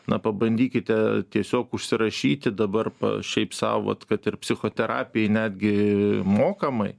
na pabandykite tiesiog užsirašyti dabar šiaip sau vat kad ir psichoterapija netgi mokamai